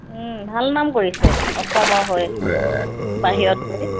ভাল নাম কৰিছে অসমৰ হৈ বাহিৰত গৈ